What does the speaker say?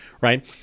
Right